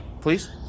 please